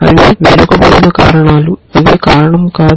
అవి బ్యాక్వర్డ్ కారణాలు అవి కారణం కాదు